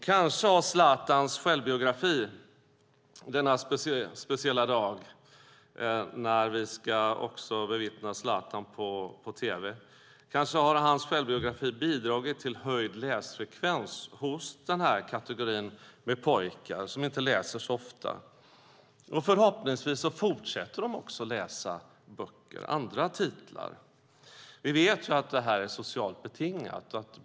Kanske har Zlatans självbiografi - denna speciella dag, när vi ska bevittna Zlatan på tv - bidragit till höjd läsfrekvens hos den kategori av pojkar som inte läser så ofta, och förhoppningsvis fortsätter de att läsa böcker, andra titlar. Vi vet att det är socialt betingat.